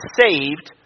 saved